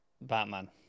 Batman